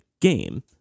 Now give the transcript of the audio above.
game